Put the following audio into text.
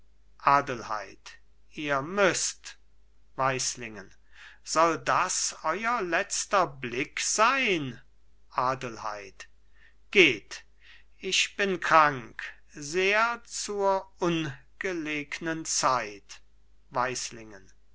adelheid ihr müßt weislingen soll das euer letzter blick sein adelheid geht ich bin krank sehr zur ungelegnen zeit